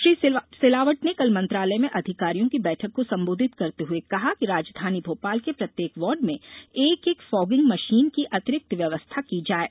श्री सिलावट ने कल मंत्रालय में अधिकारियों की बैठक को संबोधित करते हुए कहा कि राजधानी भोपाल के प्रत्येक वार्ड में एक एक फॉगिंग मशीन की अतिरिक्त व्यवस्था की जाये